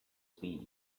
fear